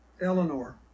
Eleanor